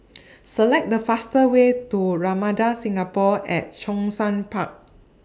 Select The fastest Way to Ramada Singapore At Zhongshan Park